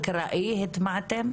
באופן אקראי הטמעתם?